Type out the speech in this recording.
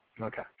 okay